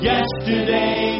Yesterday